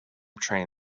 train